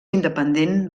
independent